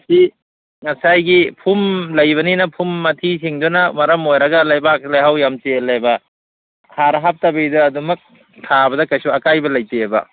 ꯁꯤ ꯉꯁꯥꯏꯒꯤ ꯐꯨꯝ ꯂꯩꯕꯅꯤꯅ ꯐꯨꯝ ꯃꯊꯤꯁꯤꯡꯗꯨꯅ ꯃꯔꯝ ꯑꯣꯏꯔꯒ ꯂꯩꯕꯥꯛ ꯂꯩꯍꯥꯎ ꯌꯥꯝ ꯆꯦꯜꯂꯦꯕ ꯍꯥꯔ ꯍꯥꯞꯇꯕꯤꯗ ꯑꯗꯨꯝꯃꯛ ꯊꯥꯕꯗ ꯀꯔꯤꯁꯨ ꯑꯀꯥꯏꯕ ꯂꯩꯇꯦꯕ